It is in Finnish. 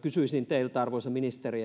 kysyisin teiltä arvoisa ministeri